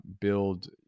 build